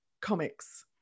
comics